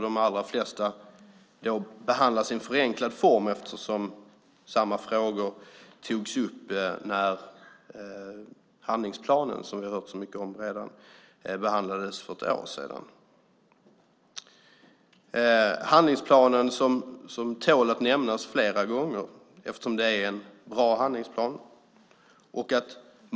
De allra flesta behandlas i en förenklad form, eftersom samma frågor togs upp när handlingsplanen, som vi har hört så mycket om redan, behandlades för ett år sedan. Handlingsplanen tål att nämnas flera gånger, eftersom det är en bra handlingsplan.